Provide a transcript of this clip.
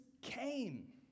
came